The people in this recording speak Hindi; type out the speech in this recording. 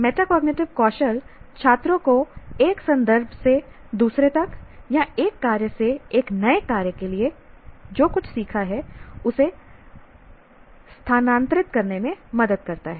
मेटाकोग्निटिव कौशल छात्रों को एक संदर्भ से दूसरे तक या एक कार्य से एक नए कार्य के लिए जो कुछ सीखा है उसे स्थानांतरित करने में मदद करता है